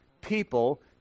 people